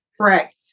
Correct